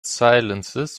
silences